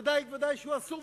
ודאי ובוודאי שהוא אסור,